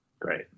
Great